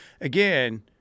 again